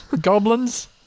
goblins